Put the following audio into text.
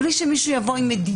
בלי שיש צורך שמישהו יבוא עם מדידה.